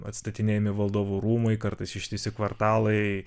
atstatinėjami valdovų rūmai kartais ištisi kvartalai